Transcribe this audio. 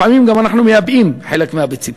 לפעמים אנחנו גם מייבאים חלק מהביצים.